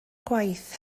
gwaith